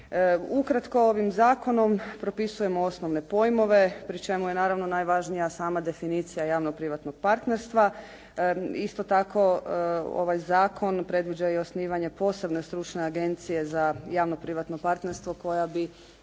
Ukratko ovim zakonom propisujemo osnovne pojmove pri čemu je naravno najvažnija sama definicija javno-privatnog partnerstva. Isto tako ovaj zakon predviđa i osnivanje posebne stručne agencije za javno-privatno partnerstvo koja bi